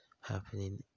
happening